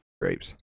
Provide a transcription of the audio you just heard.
grapes